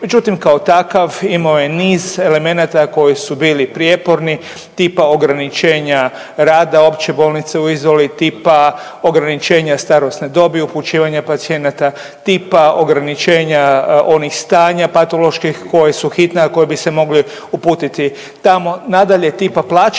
Međutim, kao takav imao je niz elemenata koji su bili prijeporni tipa ograničenja rada Opće bolnice u Izoli, tipa ograničenja starosne dobi, upućivanja pacijenata, tipa ograničenja onih stanja patoloških koji su hitna, a koji bi se mogli uputiti tamo. Nadalje tipa plaćanja